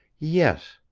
yes.